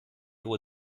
hohe